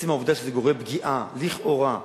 עצם העובדה שזה גורם פגיעה לכאורה,